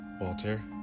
Walter